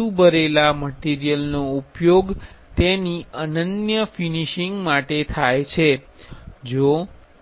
ધાતુ ભરેલા મટીરિયલનો ઉપયોગ તેની અનન્ય ફિનિશિંગ માટે થાય છે જો